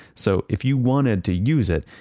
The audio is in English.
so if you wanted to use it,